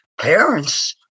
parents